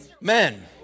Men